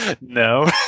No